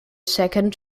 second